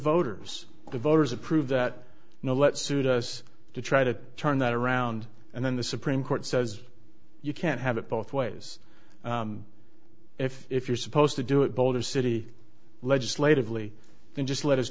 voters the voters approve that now let's suit us to try to turn that around and then the supreme court says you can't have it both ways if if you're supposed to do it boulder city legislatively then just let us